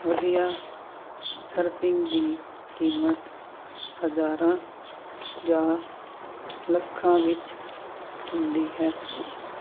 ਵਧੀਆ ਸਰਫਿੰਗ ਦੀ ਕੀਮਤ ਹਜ਼ਾਰਾਂ ਜਾਂ ਲੱਖਾਂ ਵਿੱਚ ਹੁੰਦੀ ਹੈ